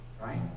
Right